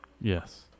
Yes